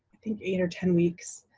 i think, eight or ten weeks,